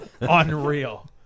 Unreal